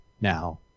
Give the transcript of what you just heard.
Now